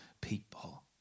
people